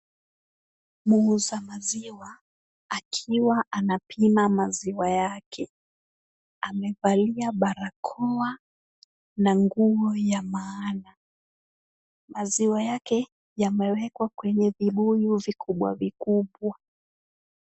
Muuza maziwa akiwa anapima maziwa yake. Amevalia barakoa na nguo ya maana. Maziwa yake yamewekwa kwenye vibuyu vikubwa vikubwa.